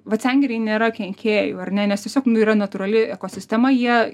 vat sengirėj nėra kenkėjų ar ne nes tiesiog nu yra natūrali ekosistema jie